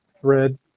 thread